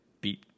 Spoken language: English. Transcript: beat